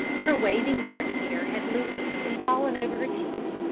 her waving dark hair had loosened and fallen over her cheeks,